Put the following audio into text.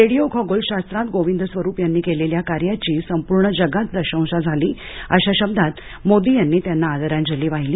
radio खगोल शास्त्रात गोविंद स्वरूप यांनी केलेल्या कार्याची संपूर्ण जगात प्रशंसा झाली अशा शब्दात मोदी यांनी त्यांना आदरांजली वाहिली